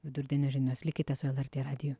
vidurdienio žinios likite su lrt radiju